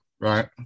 Right